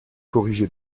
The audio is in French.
corriger